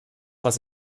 was